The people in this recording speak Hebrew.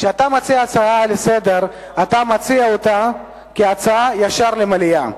כשאתה מציע הצעה לסדר-היום אתה מציע אותה כהצעה למליאה.